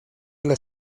las